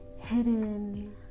hidden